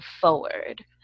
forward